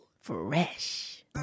Fresh